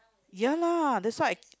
ya lah that's why I